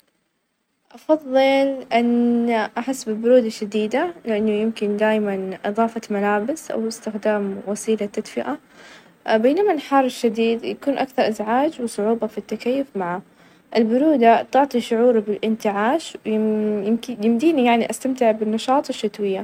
أكيد طريقة سلق البيظة جدا سهلة، أول شي نجيب موية نحظر وعاء بالماء بعدين نغلي الماء -ال- في الوعاء، بعدين اظيف البيظ، بعدين نسوي تحديد الوقت طبعًا إذا كنا نبغاها بيظه مسلوقة صفارها سائل يكون من أربعة إلى خمسة دقايق، أما إذا كانت مسلوقة تمامًا تكون من تسعة لاثناشر دقيقة، بعدين نبردها ،وناخذها ،وناكلها ،وبالعافية.